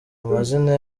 amazina